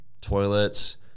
toilets